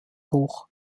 hoch